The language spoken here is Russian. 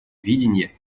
видения